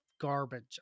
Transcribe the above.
garbage